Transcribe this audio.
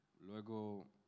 Luego